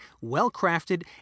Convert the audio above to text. well-crafted